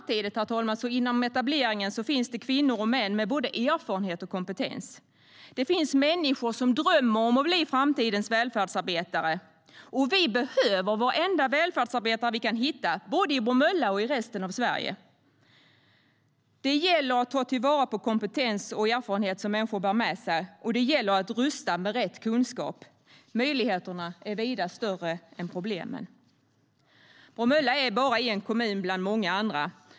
Samtidigt finns det inom etableringen kvinnor och män med både erfarenhet och kompetens. Det finns människor som drömmer om att bli framtidens välfärdsarbetare. Och vi behöver varenda välfärdsarbetare vi kan hitta både i Bromölla och i resten av Sverige. Det gäller att ta vara på den kompetens och de erfarenheter som människor bär med sig, och det gäller att rusta med rätt kunskap. Möjligheterna är vida större än problemen. Bromölla är bara en kommun bland många andra.